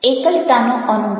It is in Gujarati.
એકલતાનો અનુભવ